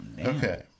Okay